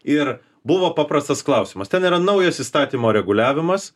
ir buvo paprastas klausimas ten yra naujas įstatymo reguliavimas